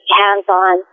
hands-on